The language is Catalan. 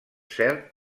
cert